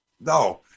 No